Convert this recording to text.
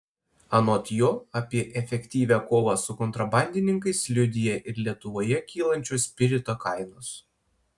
anot jo apie efektyvią kovą su kontrabandininkais liudija ir lietuvoje kylančios spirito kainos